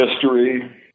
history